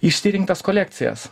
išsirinktas kolekcijas